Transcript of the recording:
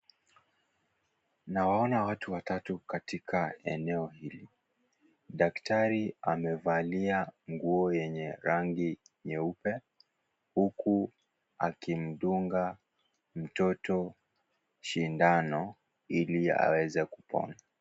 Nawaona watu watatu katika eneo hili, daktari amevalia nguo yenye rangi nyeupe, huku, akimdunga, mtoto, shindano, ili aweze kupona.